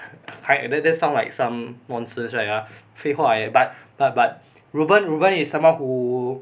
hi this sound like some monsters write up 废话 like that but but but reu ben reu ben is someone who